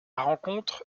rencontre